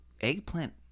Eggplant